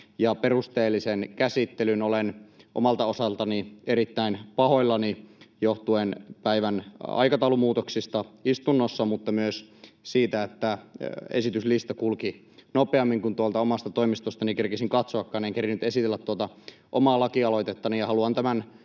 perusteellisen käsittelyn. Olen omalta osaltani erittäin pahoillani johtuen päivän aikataulumuutoksista istunnossa mutta myös siitä, että esityslista kulki nopeammin kuin tuolta omasta toimistostani kerkesin katsoakaan. En kerinnyt esitellä tuota omaa lakialoitettani,